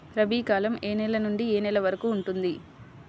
రబీ కాలం ఏ నెల నుండి ఏ నెల వరకు ఉంటుంది?